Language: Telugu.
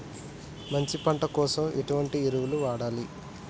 మంచి పంట కోసం ఎటువంటి ఎరువులు వాడాలి?